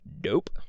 dope